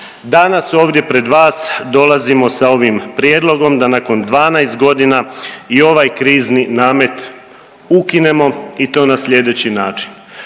Danas ovdje pred vas dolazimo sa ovim prijedlogom da nakon 12 godina i ovaj krizni namet ukinemo i to na slijedeći način.